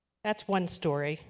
that's one story.